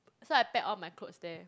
so I pack all my clothes there